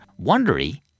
Wondery